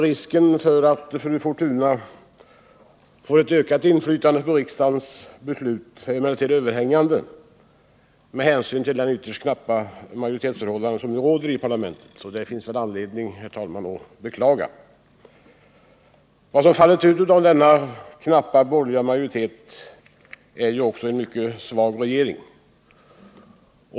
Risken att fru Fortuna får ett ökat inflytande på riksdagens beslut är emellertid överhängande med hänsyn till det ytterst knappa majoritetsförhållande som råder i parlamentet. Det finns väl anledning, herr talman, att beklaga detta. Vad som fallit ut av den knappa borgerliga majoriteten i riksdagen är ju också en mycket svag regering.